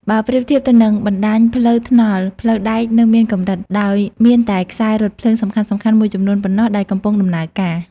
បើប្រៀបធៀបទៅនឹងបណ្តាញផ្លូវថ្នល់ ផ្លូវដែកនៅមានកម្រិត ដោយមានតែខ្សែរថភ្លើងសំខាន់ៗមួយចំនួនប៉ុណ្ណោះដែលកំពុងដំណើរការ។